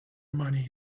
money